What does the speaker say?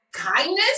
Kindness